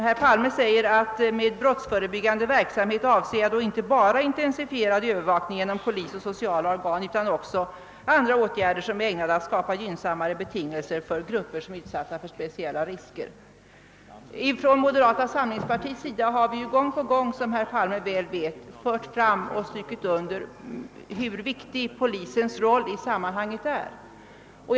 Herr Palme säger: Med brottsförebyggande verksamhet avser jag då inte bara intensifierad övervakning genom polis och sociala organ utan också åtgärder som är ägnade att skapa gynnsammare betingelser för grupper som är utsatta för speciella risker. Från moderata samlingspartiets sida har vi gång på gång, såsom herr Palme väl vet, strukit under hur viktig vi anser polisens roll i sammanhanget vara.